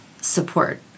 support